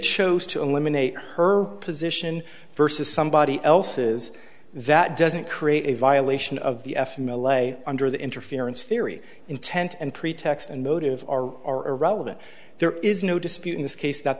chose to eliminate her position versus somebody else's that doesn't create a violation of the f m l a under the interference theory intent and pretext and motive or are irrelevant there is no dispute in this case that